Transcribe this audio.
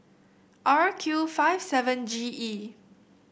R Q five seven G E